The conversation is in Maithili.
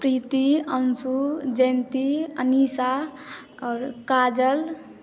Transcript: प्रीति अंशू जयन्ती अनीषा आओर काजल